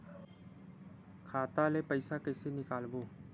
खाता ले पईसा कइसे निकालबो?